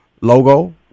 logo